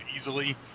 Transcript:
easily